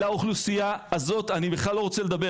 על האוכלוסייה הזאת אני בכלל לא רוצה לדבר.